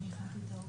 אני גם מזכיר,